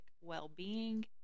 Wellbeing